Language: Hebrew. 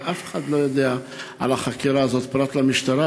ואף אחד לא יודע על החקירה הזאת פרט למשטרה,